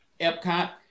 Epcot